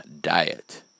diet